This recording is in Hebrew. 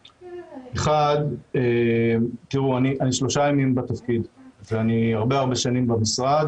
אני שלושה ימים בתפקיד, ואני הרבה שנים במשרד